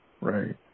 Right